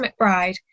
McBride